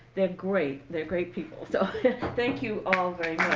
they're great. they're great people. so thank you all very